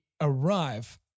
arrive